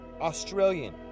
Australian